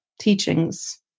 teachings